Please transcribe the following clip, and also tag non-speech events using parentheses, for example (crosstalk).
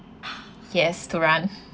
yes to run (breath)